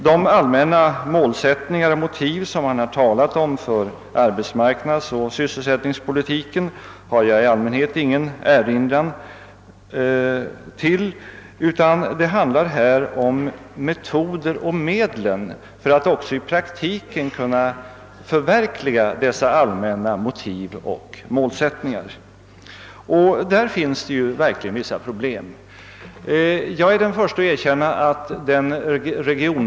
De allmänna målsättningar och motiv som statsrådet har talat om vad beträffar arbetsmarknadsoch sysselsättningspolitiken har jag i allmänhet ingen erinran till, utan mina anmärkningar handlar om metoderna och medlen för att i praktiken förverkliga dessa allmänna målsättningar. Därvidlag finns det onekligen vissa problem.